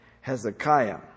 Hezekiah